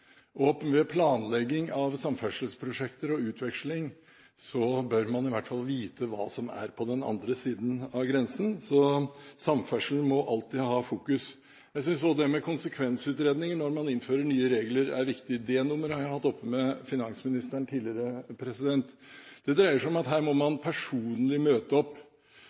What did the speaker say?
Ved planlegging av samferdselsprosjekter og utveksling bør man i hvert fall vite hva som er på den andre siden av grensen. Samferdsel må alltid ha fokus. Jeg synes også det med konsekvensutredninger når man innfører nye regler, er viktig. D-nummeret har jeg hatt oppe med finansministeren tidligere. Det dreier seg om at man personlig må møte opp